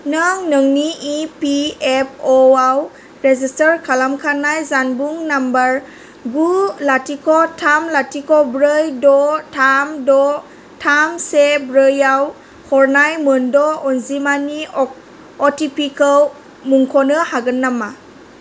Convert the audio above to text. नों नोंनि E P F O आव रेजिस्टार खालामखानाय जानबुं नाम्बार गु लाथिख' थाम लाथिख' ब्रै द' थाम द' थाम से ब्रै आव हरनाय मोन द' अनजिमानि अ टि पि खौ मुंख'नो हागोन नामा